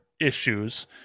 issues